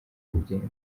bugende